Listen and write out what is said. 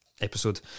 episode